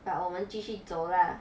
but 我们继续走 lah